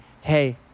hey